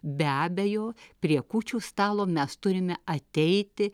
be abejo prie kūčių stalo mes turime ateiti